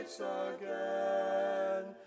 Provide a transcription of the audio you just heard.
again